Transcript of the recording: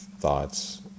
thoughts